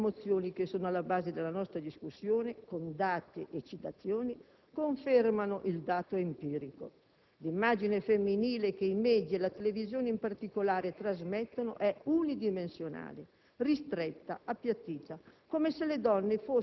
Entrambe le mozioni che sono alla base della nostra discussione, con dati e citazioni, confermano il dato empirico: l'immagine femminile che i media e la televisione in particolare trasmettono è unidimensionale, ristretta, appiattita,